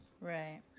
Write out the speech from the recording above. right